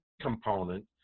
component